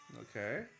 Okay